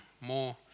more